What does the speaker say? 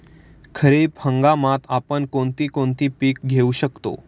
खरीप हंगामात आपण कोणती कोणती पीक घेऊ शकतो?